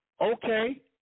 okay